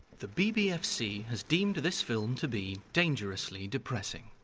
the bbfc has deemed this film to be dangerously depressing.